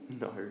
No